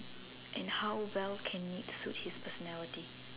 and how well can it suit his personality